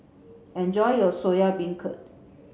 enjoy your Soya Beancurd